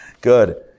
Good